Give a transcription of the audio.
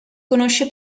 conosce